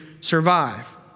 survive